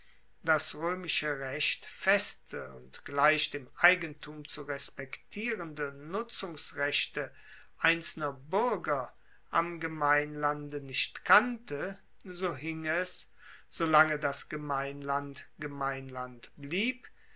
das roemische recht feste und gleich dem eigentum zu respektierende nutzungsrechte einzelner buerger am gemeinlande nicht kannte so hing es so lange das gemeinland gemeinland blieb